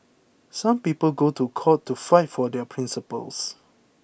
some people go to court to fight for their principles